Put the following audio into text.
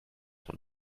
von